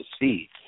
see